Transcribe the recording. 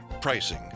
pricing